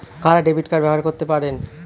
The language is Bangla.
কারা ডেবিট কার্ড ব্যবহার করতে পারেন?